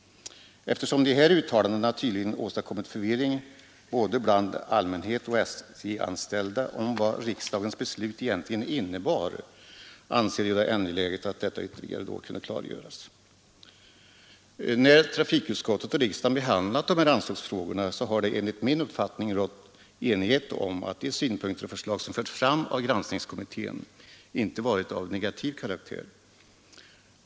Eftersom dessa uttalanden tydligen åstadkommit förvirring, både bland allmänhet och SJ-anställda, om vad riksdagens beslut egentligen innebar anser jag det angeläget att detta ytterligare kan klarläggas. När trafikutskottet och riksdagen behandlat anslagsfrågan har det enligt min uppfattning rått enighet om att de synpunkter och förslag som förts fram av granskningskommittén inte varit av negativ karaktär.